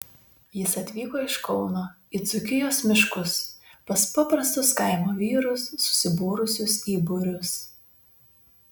jis atvyko iš kauno į dzūkijos miškus pas paprastus kaimo vyrus susibūrusius į būrius